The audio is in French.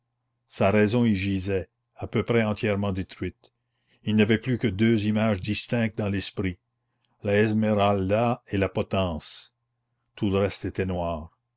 sa raison y gisait à peu près entièrement détruite il n'avait plus que deux images distinctes dans l'esprit la esmeralda et la potence tout le reste était noir